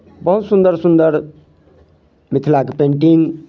बहुत सुन्दर सुन्दर मिथिलाके पेंटिंग